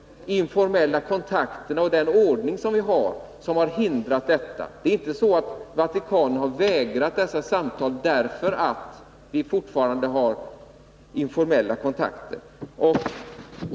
Men det är inte så att Vatikanen har vägrat några samtal därför att vi fortfarande har informella kontakter.